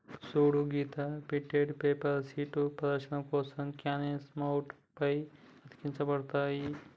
సూడు Sita printed paper షీట్లు ప్రదర్శన కోసం కాన్వాస్ మౌంట్ల పై అతికించబడతాయి